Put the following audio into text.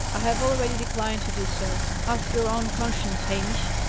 i have already declined to do so. ask your own conscience, hamish.